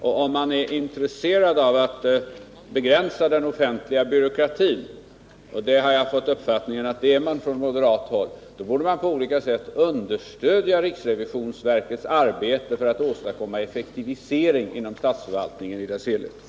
Om man är intresserad av att begränsa den offentliga byråkratin — och jag har fått uppfattningen att man är det på moderat håll — borde man på olika sätt understödja riksrevisionsverkets arbete för att åstadkomma effektivisering inom statsförvaltningen i dess helhet.